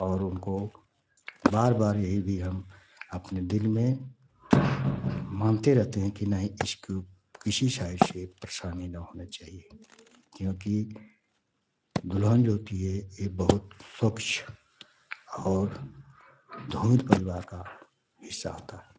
और उनको बार बार यही भी हम अपने दिल में मांगते रहते हैं कि नहीं इसको किसी शाइड से परेशानी न होना चाहिए क्योंकि दुल्हन जो होती है ए बहुत स्वक्ष और तोहमित परिवार का हिस्सा होता है